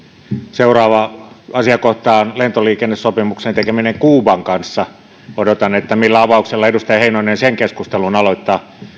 seuraava asiakohta on lentoliikennesopimuksen tekeminen kuuban kanssa odotan millä avauksella edustaja heinonen sen keskustelun aloittaa